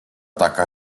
taka